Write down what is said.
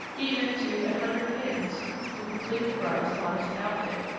even to a hundred pins to complete the bride's modest outfit.